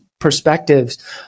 perspectives